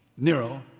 Nero